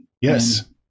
Yes